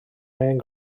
angen